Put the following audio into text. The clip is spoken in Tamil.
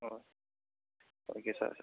O okay sir